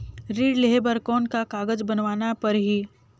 ऋण लेहे बर कौन का कागज बनवाना परही?